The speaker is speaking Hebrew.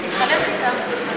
נתחלף אתה.